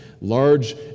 large